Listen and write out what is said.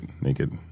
naked